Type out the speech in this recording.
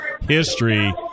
history